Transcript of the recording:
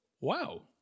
wow